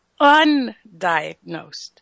undiagnosed